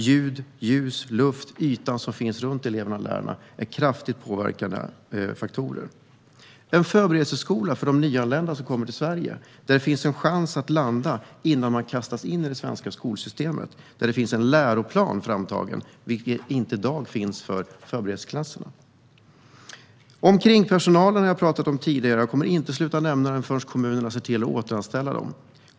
Ljud, ljus, luft och den yta som finns runt eleverna och lärarna är kraftigt påverkande faktorer. Det bör finnas förberedelseskola för nyanlända som kommer till Sverige, där det finns en chans att landa innan man kastas in i det svenska skolsystemet och där det finns en läroplan framtagen, vilket det inte gör i dag för förberedelseklasserna. Omkringpersonalen har jag talat om tidigare, och jag kommer inte att sluta nämna dem förrän kommunerna ser till att återanställa dem.